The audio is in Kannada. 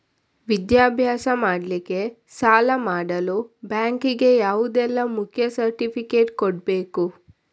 ವಿದ್ಯಾಭ್ಯಾಸ ಮಾಡ್ಲಿಕ್ಕೆ ಸಾಲ ಮಾಡಲು ಬ್ಯಾಂಕ್ ಗೆ ಯಾವುದೆಲ್ಲ ಮುಖ್ಯ ಸರ್ಟಿಫಿಕೇಟ್ ಕೊಡ್ಬೇಕು?